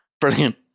Brilliant